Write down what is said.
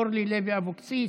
אורלי לוי אבקסיס,